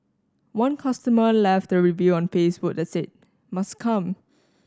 one customer left a review on Facebook that said must come